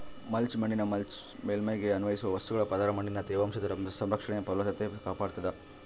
mulch ಮಣ್ಣಿನ ಮೇಲ್ಮೈಗೆ ಅನ್ವಯಿಸುವ ವಸ್ತುಗಳ ಪದರ ಮಣ್ಣಿನ ತೇವಾಂಶದ ಸಂರಕ್ಷಣೆ ಫಲವತ್ತತೆ ಕಾಪಾಡ್ತಾದ